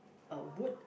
a wood